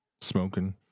smoking